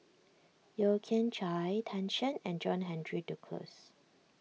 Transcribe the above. Yeo Kian Chye Tan Shen and John Henry Duclos